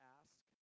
ask